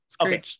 Okay